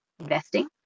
investing